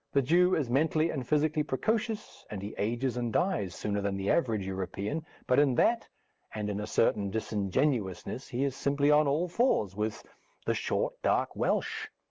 the jew is mentally and physically precocious, and he ages and dies sooner than the average european, but in that and in a certain disingenuousness he is simply on all fours with the short, dark welsh.